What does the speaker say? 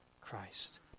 Christ